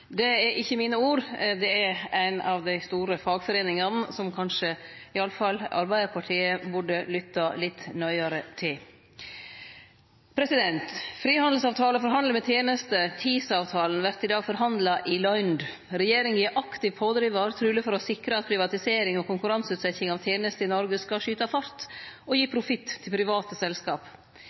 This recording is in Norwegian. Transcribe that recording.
Det er ikkje mine ord, det er orda til ei av dei store fagforeiningane som kanskje iallfall Arbeidarpartiet burde lytte litt nøyare til. Frihandelsavtale for handel med tenester – TISA-avtalen – vert i dag forhandla i løynd. Regjeringa er aktiv pådrivar, truleg for å sikre at privatisering og konkurranseutsetjing av tenester i Noreg skal skyte fart og gi profitt til private selskap.